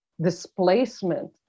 displacement